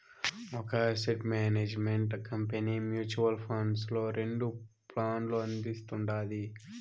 ఒక asset management company mutual funds లో రెండు ప్లాన్లు అందిస్తుండాది